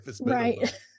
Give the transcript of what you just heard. Right